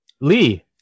Lee